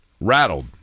rattled